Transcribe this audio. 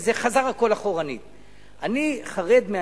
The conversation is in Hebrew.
והכול חזר אחורנית.